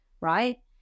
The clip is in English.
right